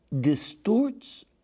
distorts